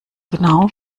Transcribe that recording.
genau